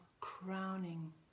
crowning